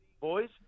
boys